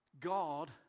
God